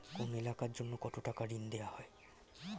কোন এলাকার জন্য কত টাকা ঋণ দেয়া হয়?